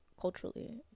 culturally